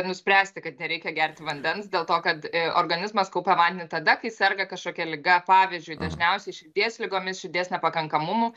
nuspręsti kad nereikia gerti vandens dėl to kad organizmas kaupia vandenį tada kai serga kažkokia liga pavyzdžiui dažniausiai širdies ligomis širdies nepakankamumu